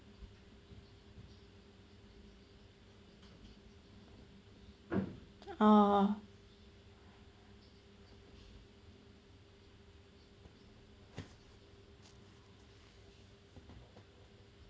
orh